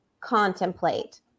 contemplate